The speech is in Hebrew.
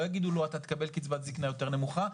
לא יגידו לו: אתה תקבל קצבת זקנה יותר נמוכה,